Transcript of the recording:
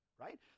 Right